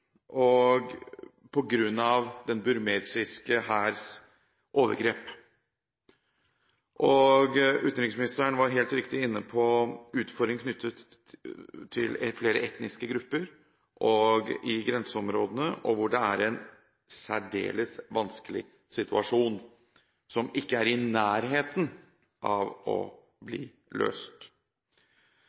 den burmesiske hærs overgrep. Utenriksministeren var helt riktig inne på utfordringer knyttet til flere etniske grupper i grenseområdene, hvor det er en særdeles vanskelig situasjon som ikke er i nærheten av å bli løst.